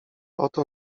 oto